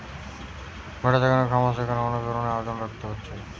ভেড়া যে খামারে থাকছে সেখানে অনেক রকমের আয়োজন রাখতে হচ্ছে